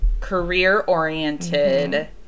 career-oriented